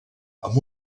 amb